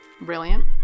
Brilliant